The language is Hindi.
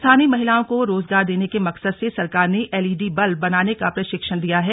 स्थानीय महिलाओं को रोजगार देने के मकसद से सरकार ने एलईडी बल्ब बनाने का प्रशिक्षण दिया है